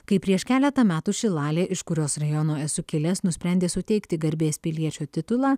kai prieš keletą metų šilalė iš kurios rajono esu kilęs nusprendė suteikti garbės piliečio titulą